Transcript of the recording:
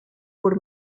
por